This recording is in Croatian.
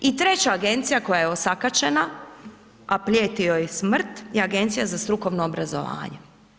I treća agencija koja je osakaćena, a prijeti joj smrt je Agencija za strukovno obrazovanje.